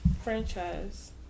franchise